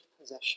possession